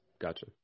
Gotcha